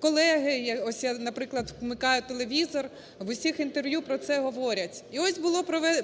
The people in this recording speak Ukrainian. колеги, ось я, наприклад, вмикаю телевізор, в усіх інтерв'ю про це говорять. І ось